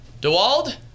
DeWald